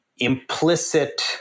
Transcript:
implicit